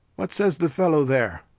what says the fellow there?